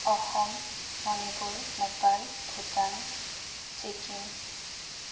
Assam Manipur Nepal Bhutan Sikkim